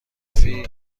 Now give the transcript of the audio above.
فیلم